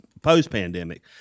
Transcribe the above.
post-pandemic